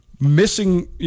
missing –